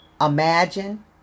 Imagine